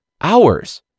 Hours